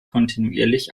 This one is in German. kontinuierlich